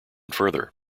further